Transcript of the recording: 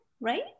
right